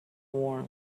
war